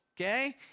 okay